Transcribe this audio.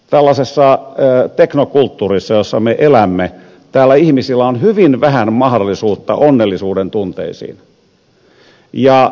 tällaisessa teknokulttuurissa jossa me elämme täällä ihmisillä on hyvin vähän mahdollisuutta onnellisuuden tunteisiin